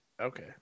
Okay